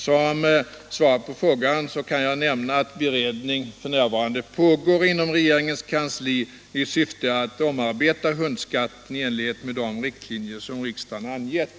Som svar på frågan kan jag nämna att beredning f. n. pågår inom regeringens kansli i syfte att omarbeta hundskatten i enlighet med de riktlinjer som riksdagen angivit.